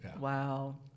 Wow